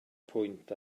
pwynt